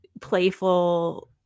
playful